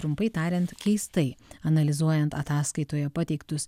trumpai tariant keistai analizuojant ataskaitoje pateiktus